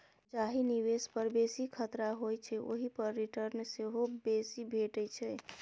जाहि निबेश पर बेसी खतरा होइ छै ओहि पर रिटर्न सेहो बेसी भेटै छै